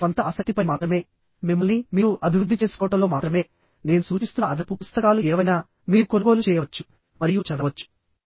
ఇది మీ స్వంత ఆసక్తిపై మాత్రమే మిమ్మల్ని మీరు అభివృద్ధి చేసుకోవడంలో మాత్రమే నేను సూచిస్తున్న అదనపు పుస్తకాలు ఏవైనా మీరు కొనుగోలు చేయవచ్చు మరియు చదవవచ్చు